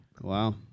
Wow